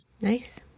Nice